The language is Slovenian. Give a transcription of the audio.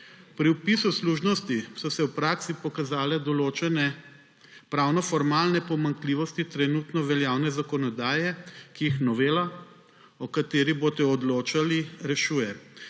Pri vpisu služnosti so se v praksi pokazale določene formalnopravne pomanjkljivosti trenutno veljavne zakonodaje, ki jih novela, o kateri boste odločali, rešuje.